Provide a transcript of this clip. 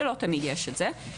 שלא תמיד יש את זה.